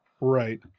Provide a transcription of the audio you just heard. Right